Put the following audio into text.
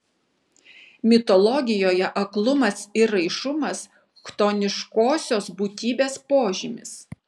mitologijoje aklumas ir raišumas chtoniškosios būtybės požymis